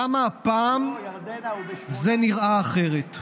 למה הפעם זה נראה אחרת?